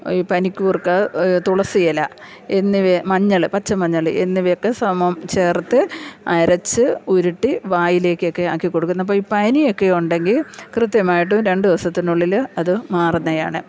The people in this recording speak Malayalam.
ഈ പനിക്കൂർക്ക തുളസി ഇല എന്നിവ മഞ്ഞൾ പച്ച മഞ്ഞൾ എന്നിവയൊക്കെ സമം ചേർത്തു അരച്ചു ഉരുട്ടി വായിലേക്കൊക്കെ ആക്കി കൊടുക്കുന്ന അപ്പം ഈ പനിയൊക്കെ ഉണ്ടെങ്കിൽ കൃത്യമായിട്ടും രണ്ട് ദിവസത്തിനുള്ളിൽ അത് മാറുന്നതാണ്